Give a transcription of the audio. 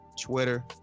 Twitter